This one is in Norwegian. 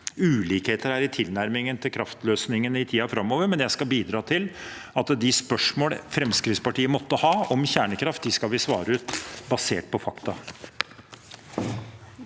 ulikheter her i tilnærmingen til kraftløsningen i tiden framover, men jeg skal bidra til at vi svarer ut de spørsmål Fremskrittspartiet måtte ha om kjernekraft, basert på fakta.